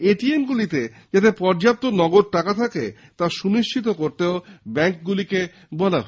এটিএমগুলিতে যাতে পর্যাপ্ত নগদ টাকা থাকে তা সুনিশ্চিত করতে ব্যাঙ্কগুলিকে বলা হয়েছে